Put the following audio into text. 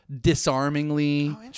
Disarmingly